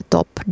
Top